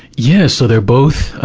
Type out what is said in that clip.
yeah, so they're both, ah,